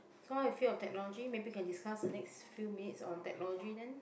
so how you feel of technology maybe can discuss the next few minutes on technology then